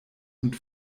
und